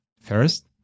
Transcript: First